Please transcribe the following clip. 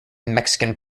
mexican